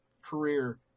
career